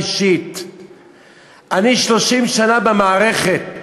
פנייה אישית שהייתה כלפיך מצד שר הרווחה.